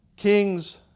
Kings